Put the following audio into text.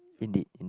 indeed indeed